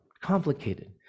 complicated